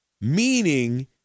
meaning